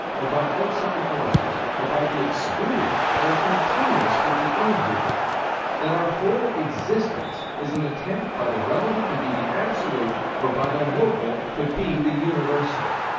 or by outside forces or by the excluded that are continuous with the included that our whole existence is an attempt by the relative to be the absolute, or by the local to be the universal.